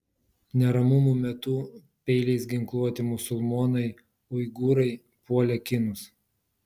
neramumų metu peiliais ginkluoti musulmonai uigūrai puolė kinus